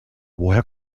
woher